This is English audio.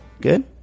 Good